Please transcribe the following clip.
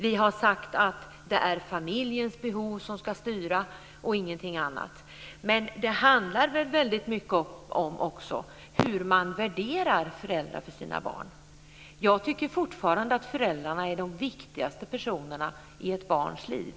Vi har sagt att det är familjens behov som ska styra och ingenting annat. Men det handlar också väldigt mycket om hur man värderar föräldrarna. Jag tycker fortfarande att föräldrarna är de viktigaste personerna i ett barns liv.